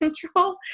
control